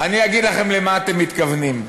אני אגיד לכם למה אתם מתכוונים: